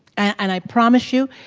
and i promise you,